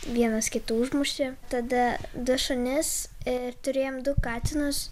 vienas kitą užmušė tada du šunis ir turėjom du katinus